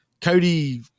Cody